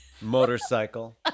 motorcycle